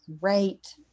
great